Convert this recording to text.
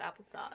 applesauce